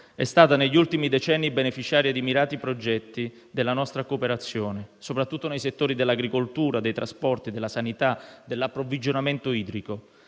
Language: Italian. è stata negli ultimi decenni beneficiaria di mirati progetti della nostra cooperazione, soprattutto nei settori dell'agricoltura, dei trasporti, della sanità, dell'approvvigionamento idrico.